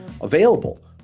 available